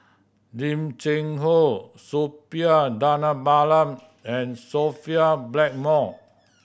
Lim Cheng Hoe Suppiah Dhanabalan and Sophia Blackmore